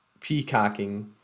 peacocking